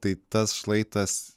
tai tas šlaitas